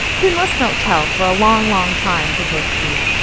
then let's don't tell for a long, long time, proposed keith.